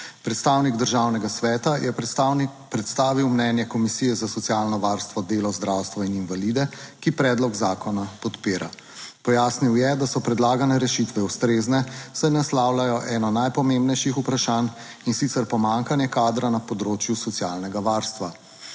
Predstavnik Državnega sveta je predstavil mnenje Komisije za socialno varstvo, delo, zdravstvo in invalide, ki predlog zakona podpira. Pojasnil je, da so predlagane rešitve ustrezne, saj naslavljajo eno najpomembnejših vprašanj, in sicer pomanjkanje kadra na področju socialnega varstva.